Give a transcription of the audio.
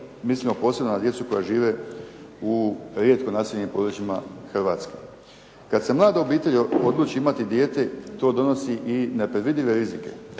mislimo posebno na djecu koja žive u rijetko naseljenim područjima Hrvatske. Kada se mlada obitelj odluči imati dijete, to donosi i nepredvidive rizike.